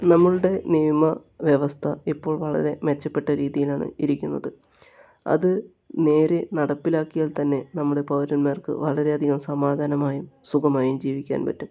നമ്മളുടെ നിയമ വ്യവസ്ഥ ഇപ്പോൾ വളരെ മെച്ചപ്പെട്ട രീതിയിലാണ് ഇരിക്കുന്നത് അത് നേരെ നടപ്പിലാക്കിയാൽ തന്നെ നമ്മുടെ പൗരന്മാർക്ക് വളരെയധികം സമാധാനമായും സുഖമായും ജീവിക്കാൻ പറ്റും